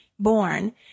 born